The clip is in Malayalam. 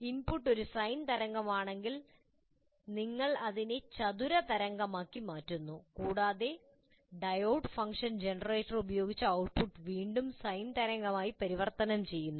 ഇൻപുട്ട് ഒരു സൈൻ തരംഗമാണെങ്കിൽ നിങ്ങൾ അതിനെ ഒരു ചതുര തരംഗമാക്കി മാറ്റുന്നു കൂടാതെ ഡയോഡ് ഫംഗ്ഷൻ ജനറേറ്റർ ഉപയോഗിച്ച് ഔട്ട്പുട്ട് വീണ്ടും സൈൻ തരംഗമായി പരിവർത്തനം ചെയ്യുന്നു